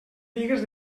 bigues